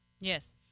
Yes